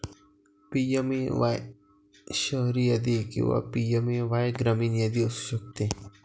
PMAY शहरी यादी किंवा पी.एम.ए.वाय ग्रामीण यादी असू शकते